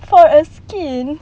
for a skin